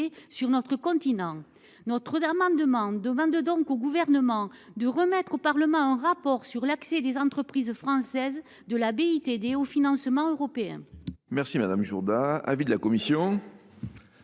sur notre continent. Par cet amendement, nous demandons donc au Gouvernement de remettre au Parlement un rapport sur l’accès des entreprises françaises de la BITD au financement européen.